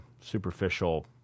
superficial